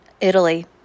Italy